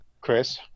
chris